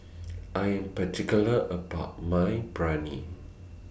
I Am particular about My Biryani